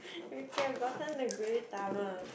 we could have gotten the Gudetama